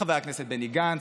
חבר הכנסת בני גנץ,